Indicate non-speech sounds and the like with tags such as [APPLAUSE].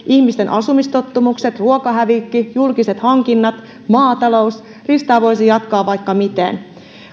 [UNINTELLIGIBLE] ihmisten asumistottumukset ruokahävikki julkiset hankinnat maatalous listaa voisi jatkaa vaikka miten